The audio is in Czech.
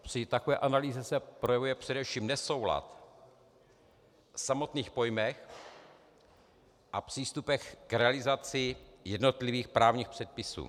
Při takové analýze se projevuje především nesoulad v samotných pojmech a přístupech k realizaci jednotlivých právních předpisů.